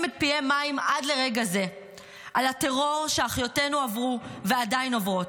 את פיהם מים עד לרגע זה על הטרור שאחיותינו עברו ועדיין עוברות,